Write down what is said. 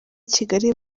kigali